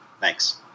Thanks